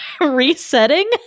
resetting